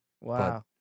Wow